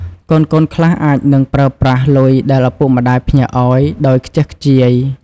កូនៗខ្លះអាចនឹងប្រើប្រាស់លុយដែលឪពុកម្តាយផ្ញើឱ្យ ដោយខ្ជះខ្ជាយ។